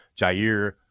Jair